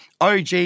OG